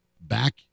back